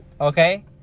okay